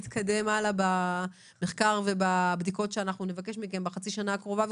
להתקדם הלאה במחקר ובבדיקות שנבקש מכם בחצי השנה הקרובה,